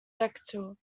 decatur